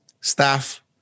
staff